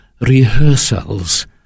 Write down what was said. rehearsals